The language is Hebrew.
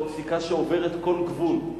פסיקה שעוברת כל גבול.